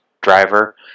driver